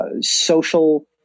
social